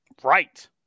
Right